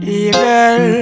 evil